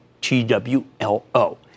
T-W-L-O